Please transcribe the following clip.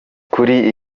kuri